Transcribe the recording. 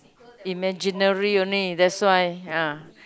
imaginary only that's why ah